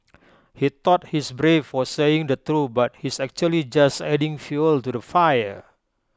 he thought he's brave for saying the truth but he's actually just adding fuel to the fire